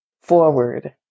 forward